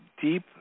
deep